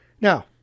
Now